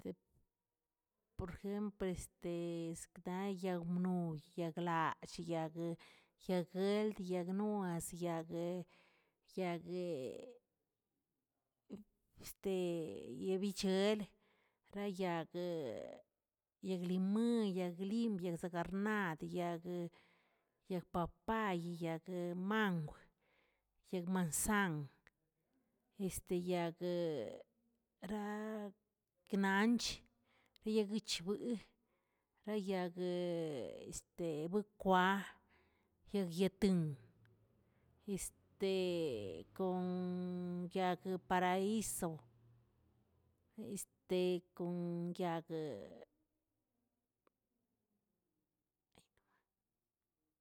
Por jempl este sta yag mnoy, yag lallꞌ, yag- yag gueld, yag mua, yagə yagə yebichel, ra yagə-yagə liməan, yag lim, yag zegarnad, yag yag papay, yag mangw, yag mansan, este yagə ra gnanch, yaguechbəe, ra yagə buikwa, yag yetin, kon yag paraíso kon yagə.